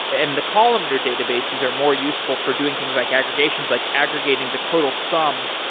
and the columnar databases are more useful for doing things like aggregations, like aggregating the total sum,